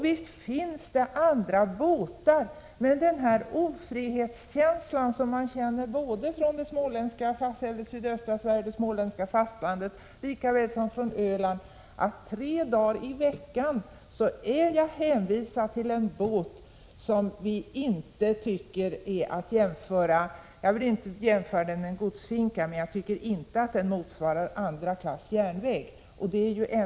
Visst finns det andra båtar, men de som bor på det småländska fastlandet, i sydöstra Sverige, på Gotland och Öland upplever en ofrihetskänsla när de tre dagar i veckan är hänvisade till en båt vars standard inte motsvarar — jag vill inte precis jämföra den med en godsfinka — andra klass på järnvägen.